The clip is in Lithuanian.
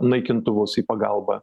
naikintuvus į pagalbą